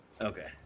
Okay